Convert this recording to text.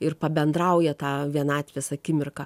ir pabendrauja tą vienatvės akimirką